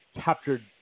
captured